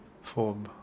form